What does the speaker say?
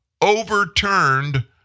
overturned